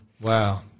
Wow